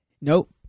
Nope